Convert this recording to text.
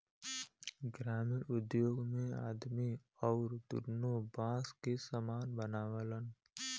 ग्रामिण उद्योग मे आदमी अउरत दुन्नो बास के सामान बनावलन